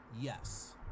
yes